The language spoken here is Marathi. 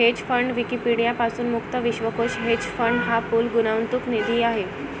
हेज फंड विकिपीडिया पासून मुक्त विश्वकोश हेज फंड हा पूल गुंतवणूक निधी आहे